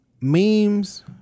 memes